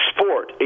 Sport